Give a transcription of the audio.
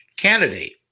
Candidate